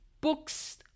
books